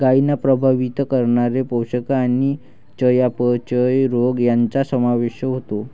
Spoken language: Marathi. गायींना प्रभावित करणारे पोषण आणि चयापचय रोग यांचा समावेश होतो